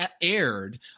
aired